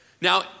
Now